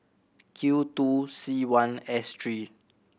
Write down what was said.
Q two C one S three